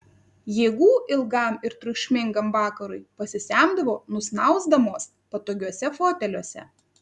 jėgų ilgam ir triukšmingam vakarui pasisemdavo nusnausdamos patogiuose foteliuose